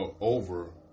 over